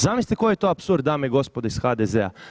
Zamislite koji je to apsurd dame i gospodo iz HDZ-a?